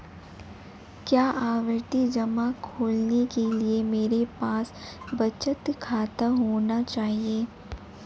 क्या आवर्ती जमा खोलने के लिए मेरे पास बचत खाता होना चाहिए?